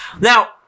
Now